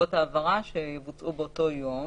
שפעולות ההעברה שיבוצעו באותו יום,